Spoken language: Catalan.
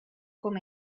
com